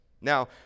Now